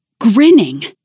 grinning